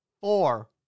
four